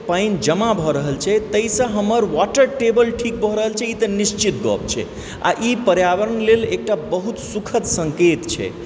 पानि जमा भऽ रहल छै तैसँ हमर वाटर टेबल ठीक भऽ रहल छै ई तऽ निश्चित गप छै आआओ ई पर्यावरण लेल एक टा बहुत सुखद सङ्केत छै